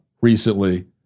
recently